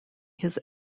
his